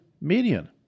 Median